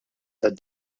tad